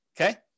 okay